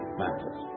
matters